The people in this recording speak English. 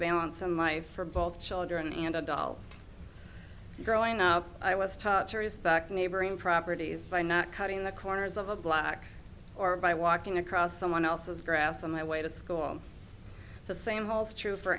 balance in life for both children and adults growing up i was taught to respect neighboring properties by not cutting the corners of a block or by walking across someone else's grass on my way to school the same holds true for